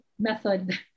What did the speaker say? method